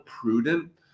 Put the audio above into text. prudent